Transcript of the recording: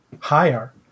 higher